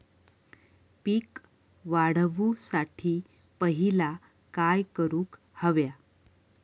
पीक वाढवुसाठी पहिला काय करूक हव्या?